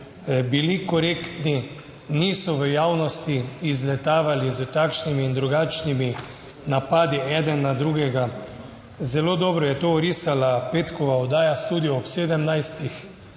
bili korektni, niso v javnosti izletavali s takšnimi in drugačnimi napadi eden na drugega. Zelo dobro je to orisala petkova oddaja Studio ob 17. Sem